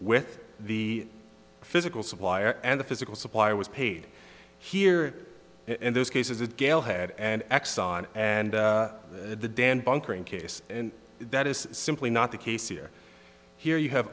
with the physical supplier and the physical supplier was paid here in those cases it gail had and exxon and the dan bunkering case and that is simply not the case here here you have